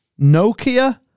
Nokia